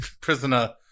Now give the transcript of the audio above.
prisoner